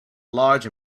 large